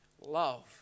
love